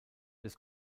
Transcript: des